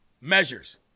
measures